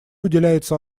уделяется